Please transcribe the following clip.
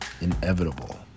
inevitable